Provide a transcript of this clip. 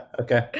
okay